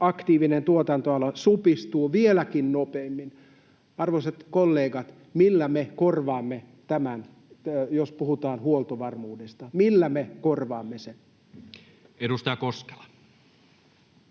aktiivinen tuotantoala supistuu vieläkin nopeammin. Arvoisat kollegat, millä me korvaamme tämän, jos puhutaan huoltovarmuudesta? Millä me korvaamme sen? [Speech